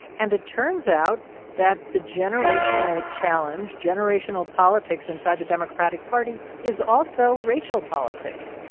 and turns out that the generational challenge, generational politics inside the democratic party, is also racial politics.